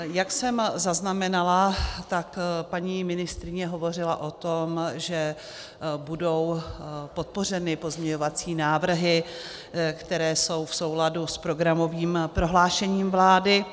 Jak jsem zaznamenala, paní ministryně hovořila o tom, že budou podpořeny pozměňovací návrhy, které jsou v souladu s programovým prohlášením vlády.